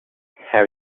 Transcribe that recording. have